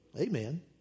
Amen